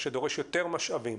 מה שדורש יותר משאבים.